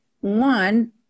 One